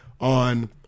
on